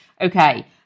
Okay